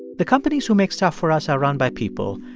the companies who make stuff for us are run by people,